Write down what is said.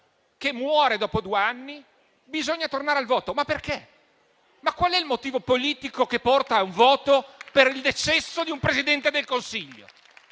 che muore dopo due anni. Bisogna tornare al voto. Ma perché? Qual è il motivo politico che porta a un voto per il decesso di un Presidente del Consiglio?